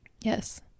Yes